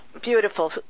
Beautiful